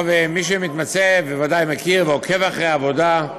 מי שמתמצא בוודאי מכיר ועוקב אחרי העבודה,